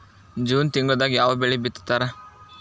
June ತಿಂಗಳದಾಗ ಯಾವ ಬೆಳಿ ಬಿತ್ತತಾರ?